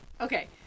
Okay